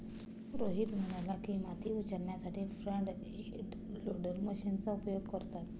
रोहित म्हणाला की, माती उचलण्यासाठी फ्रंट एंड लोडर मशीनचा उपयोग करतात